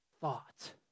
thought